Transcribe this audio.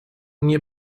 nie